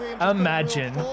imagine